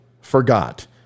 forgot